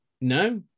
No